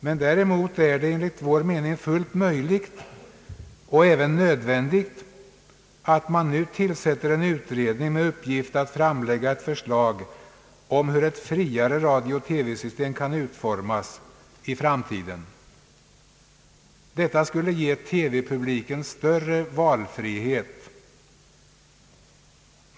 Men däremot är det, enligt vår mening, fullt möjligt och även nödvändigt att det nu tillsätts en utredning med uppgift att framlägga ett förslag om hur ett friare radio-TV-system kan utformas i framtiden. Detta skulle ge TV-publiken stör re valfrihet.